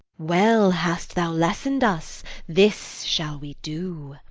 well hast thou lesson'd us this shall we do.